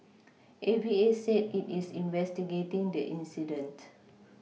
A V A said it is investigating the incident